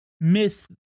myth